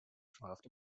draft